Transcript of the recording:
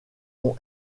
ont